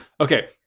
Okay